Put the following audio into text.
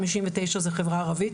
חמישים ותשע זה חברה ערבית.